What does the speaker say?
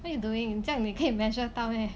what you doing 这样你可以 measure 到 meh